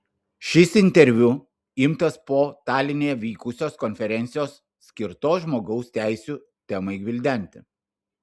šis interviu imtas po taline vykusios konferencijos skirtos žmogaus teisių temai gvildenti